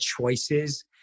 choices